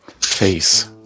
face